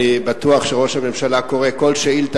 אני בטוח שראש הממשלה קורא כל שאלה,